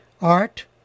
Art